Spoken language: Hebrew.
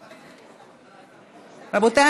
רבותיי,